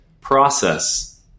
process